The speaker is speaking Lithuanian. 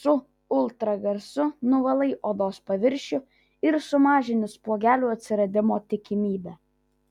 su ultragarsu nuvalai odos paviršių ir sumažini spuogelių atsiradimo tikimybę